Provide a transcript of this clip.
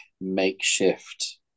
makeshift